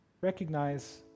recognize